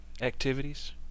activities